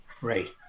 right